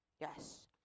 Yes